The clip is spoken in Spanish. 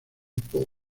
poe